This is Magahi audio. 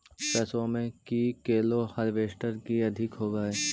सरसोबा मे की कैलो हारबेसटर की अधिक होब है?